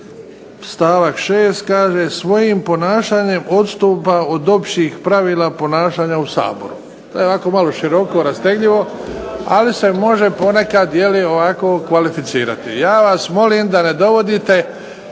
stavak 6. kaže: "Svojim ponašanjem odstupa od općih pravila ponašanja u Saboru." To je ovako malo široko, rastegljivo, ali se može ponekad jel' ovako kvalificirati. Ja vas molim da ne dovodite